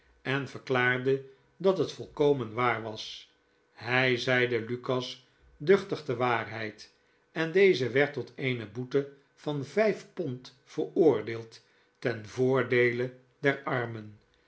en verklaarde dat het volkomenwaar was hij zeide lukas duchtig de waarheid en deze werd tot eene boete van vijf pond veroordeeld ten voordeele der armen